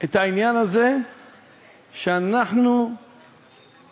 את העניין הזה שאנחנו פוגעים